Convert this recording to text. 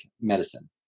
medicine